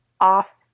off